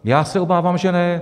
Já se obávám, že ne.